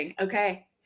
Okay